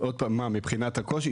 עוד פעם מה, מבחינת הקושי?